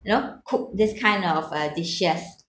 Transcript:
you know cook this kind of uh dishes